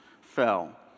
fell